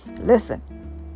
Listen